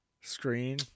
Screen